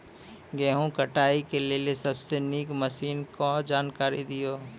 गेहूँ कटाई के लेल सबसे नीक मसीनऽक जानकारी दियो?